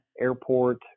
airport